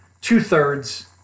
Two-thirds